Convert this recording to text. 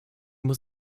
muss